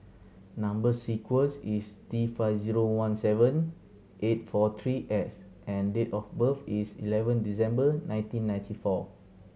number sequence is T five zero one seven eight four three X and date of birth is eleven December nineteen ninety four